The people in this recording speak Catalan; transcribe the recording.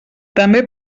també